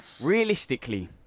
Realistically